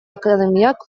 akademiak